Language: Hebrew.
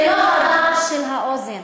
זה לא הרעש של האוזן,